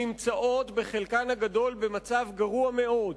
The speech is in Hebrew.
נמצאות בחלקן הגדול במצב גרוע מאוד.